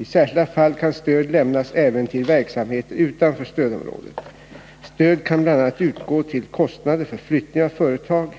I särskilda fall kan stöd lämnas även till verksamheter utanför stödområdet. Stöd kan bl.a. utgå till kostnader för flyttning av företag